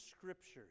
Scriptures